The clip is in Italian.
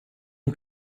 una